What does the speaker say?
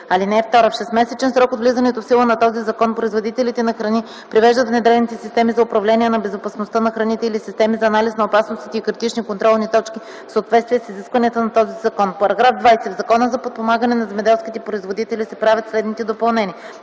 храни. (2) В 6-месечен срок от влизането в сила на този закон производителите на храни привеждат внедрените системи за управление на безопасността на храните или системи за анализ на опасностите и критични контролни точки в съответствие с изискванията на този закон. § 20. В Закона за подпомагане на земеделските производители (Обн., ДВ , бр. ...) се правят следните допълнения: